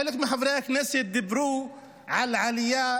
חלק מחברי הכנסת דיברו על עלייה